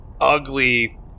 ugly